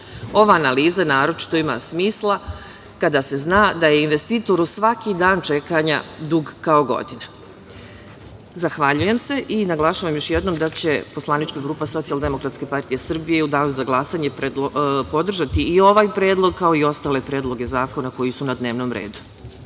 Ova analiza naročito ima smisla kada se zna da je investitoru svaki dan čekanja dug kao godina. Zahvaljujem se i naglašavam još jednom da će Poslanička grupa Socijaldemokratske partije Srbije u danu za glasanje podržati i ovaj predlog, kao i ostale predloge zakona koji su na dnevnom redu.